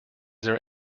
there